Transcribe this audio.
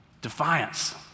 Defiance